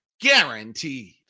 guaranteed